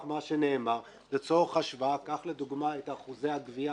מה שנאמר לצורך השוואה קח לדוגמה את אחוזי הגבייה